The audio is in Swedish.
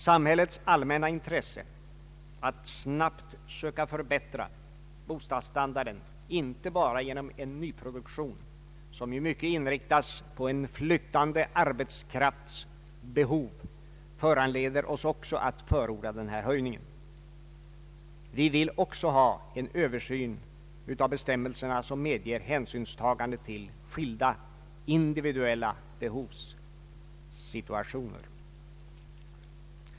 Samhällets allmänna intresse att snabbt söka förbättra bostadsstandarden inte bara genom en nyproduktion, som ju mycket inriktas på en flyttande arbetskrafts behov, föranleder oss att förorda den här höjningen. Vi vill också ha en översyn av bestämmelserna som möjliggör hänsynstagande till skilda individuella behovssituationer.